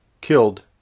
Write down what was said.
killed